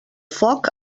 foc